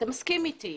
אתה מסכים אתי.